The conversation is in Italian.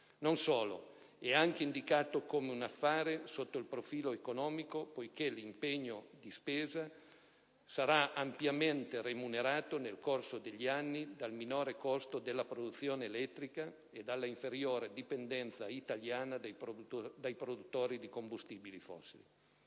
non solo, è anche indicato come un affare sotto il profilo economico, poiché l'impegno di spesa sarà ampiamente remunerato nel corso degli anni dal minore costo della produzione elettrica e dall'inferiore dipendenza italiana dai produttori di combustibili fossili.